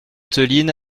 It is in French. theline